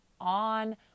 on